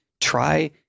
try